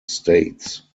states